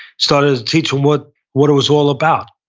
started to teach them what what it was all about.